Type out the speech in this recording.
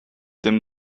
dem